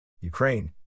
Ukraine